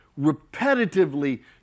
repetitively